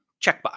Checkbox